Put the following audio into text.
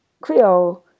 Creole